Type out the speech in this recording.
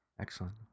Excellent